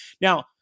now